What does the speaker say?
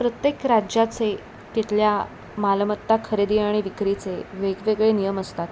प्रत्येक राज्याचे तिथल्या मालमत्ता खरेदी आणि विक्रीचे वेगवेगळे नियम असतात